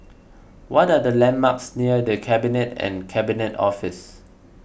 what are the landmarks near the Cabinet and Cabinet Office